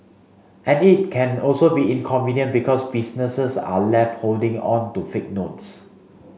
and it can also be inconvenient because businesses are left holding on to fake notes